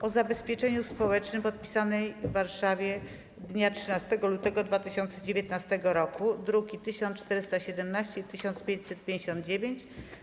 o zabezpieczeniu społecznym, podpisanej w Warszawie dnia 13 lutego 2019 r. (druki nr 1417 i 1559)